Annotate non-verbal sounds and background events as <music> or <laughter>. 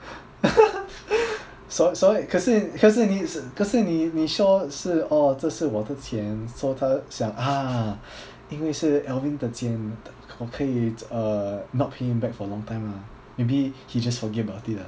<laughs> 所所以可是可是你可是你你说是 oh 这是我的钱 so 他想 ah 因为是 alvin 的钱我可以 uh not pay him back for long time lah maybe he just forget about it